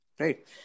Right